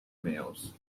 males